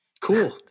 cool